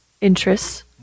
interests